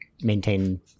maintain